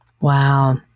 Wow